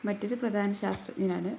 മറ്റൊരു പ്രധാന ശാസ്ത്രജ്ഞനാണ്